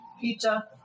Pizza